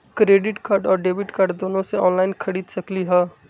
Credit card और debit card दोनों से ऑनलाइन खरीद सकली ह?